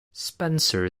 spencer